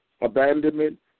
abandonment